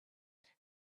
there